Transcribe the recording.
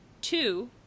Two